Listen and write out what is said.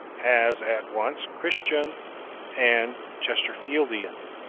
as at once christian and chesterfieldian.